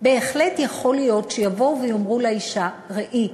בהחלט יכול להיות שיבואו ויאמרו לאישה: ראי,